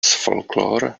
folklore